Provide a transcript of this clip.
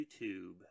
YouTube